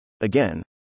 Again